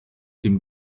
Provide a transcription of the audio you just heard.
dem